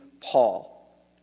Paul